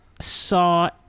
saw